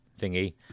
thingy